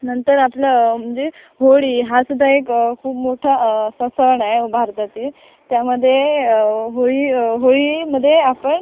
नंतर आपलं म्हणजे होळी हा सुद्धा एक खूप मोठा असा सण आहे भारतातील त्यामध्ये होळी होळीमध्ये आपण